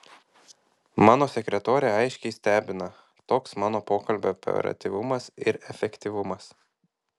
mano sekretorę aiškiai stebina toks mano pokalbio operatyvumas ir efektyvumas